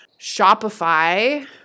Shopify